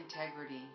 integrity